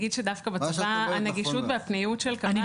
מה אני אגיד לכם חלק מהסיפור של להיות חבר